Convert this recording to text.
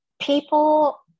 People